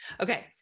Okay